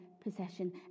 possession